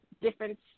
different